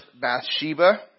Bathsheba